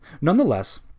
Nonetheless